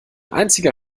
einziger